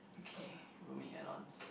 okay roaming add ons